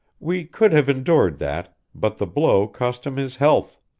we could have endured that, but the blow cost him his health.